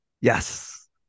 Yes